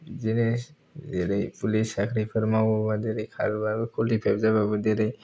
बिदिनो जेरै पुलिस साख्रिफोर मावोबा जेरै खारोबा जेरै कुवालिफाइ जाबाबो जेरै